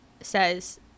says